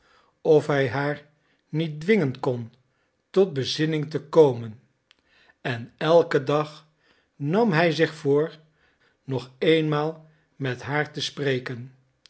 of hij haar niet dwingen kon tot bezinning te komen en elken dag nam hij zich voor nog eenmaal met haar te spreken